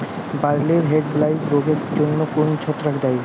বার্লির হেডব্লাইট রোগের জন্য কোন ছত্রাক দায়ী?